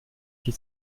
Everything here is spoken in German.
die